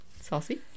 Saucy